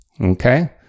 Okay